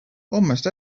almost